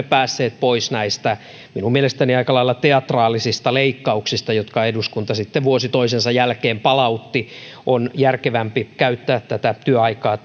päässeet pois näistä minun mielestäni aika lailla teatraalisista leikkauksista jotka eduskunta sitten vuosi toisensa jälkeen on palauttanut on järkevämpi käyttää työaikaa